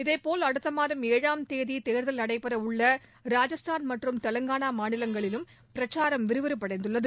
இதேபோல் அடுத்த மாதம் ஏழாம் தேதி தேர்தல் நடைபெறவுள்ள ராஜஸ்தான் மற்றும் தெலங்கானா மாநிலங்களிலும் பிரச்சாரம் விறுவிறுப்படைந்துள்ளது